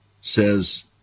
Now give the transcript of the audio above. says